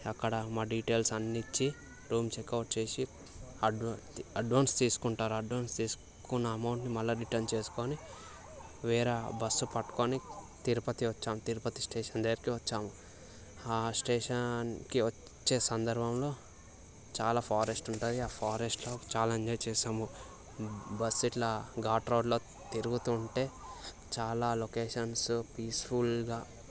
అక్కడ మా డీటెయిల్స్ అన్నీ ఇచ్చి రూమ్ చెక్అవుట్ చేసి అడ్వా అడ్వాన్స్ తీసుకుంటారు అడ్వాన్స్ తీసుకున్నా అమౌంట్ని మళ్ళీ రిటర్న్ చేసుకొని వేరే బస్సు పట్టుకొని తిరుపతి వచ్చాం తిరుపతి స్టేషన్ దగ్గరికి వచ్చాం ఆ స్టేషన్కి వచ్చే సందర్భంలో చాలా ఫారెస్ట్ ఉంటుంది ఆ ఫారెస్ట్లో చాలా ఎంజాయ్ చేశాను బస్సు ఇట్లా ఘాట్ రోడ్లో తిరుగుతు ఉంటే చాలా లొకేషన్స్ పీస్ఫుల్గా